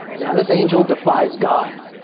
now, this angel defies god.